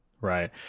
Right